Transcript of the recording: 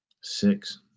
six